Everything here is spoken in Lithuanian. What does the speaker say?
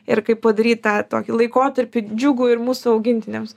ir kaip padaryt tą tokį laikotarpį džiugų ir mūsų augintiniams